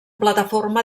plataforma